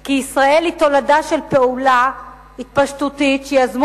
כי ישראל היא תולדה של פעולה התפשטותית שיזמו